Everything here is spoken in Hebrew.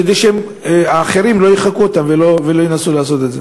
כדי שהאחרים לא יחקו אותם ולא ינסו לעשות את זה.